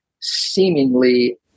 seemingly